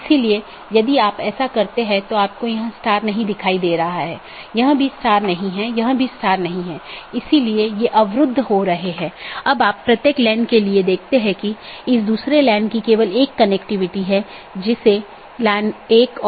अंत में ऐसा करने के लिए आप देखते हैं कि यह केवल बाहरी नहीं है तो यह एक बार जब यह प्रवेश करता है तो यह नेटवर्क के साथ घूमता है और कुछ अन्य राउटरों पर जाता है